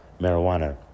marijuana